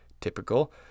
typical